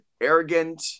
arrogant